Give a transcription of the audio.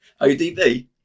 ODB